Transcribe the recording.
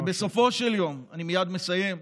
כי בסופו של יום, אני מייד מסיים.